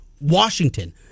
Washington